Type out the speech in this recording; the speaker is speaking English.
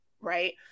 Right